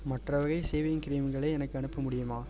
மற்ற வகை ஷேவிங் கிரீம்களை எனக்கு அனுப்ப முடியுமா